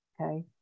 okay